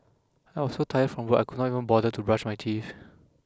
I was so tired from work I could not even bother to brush my teeth